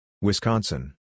Wisconsin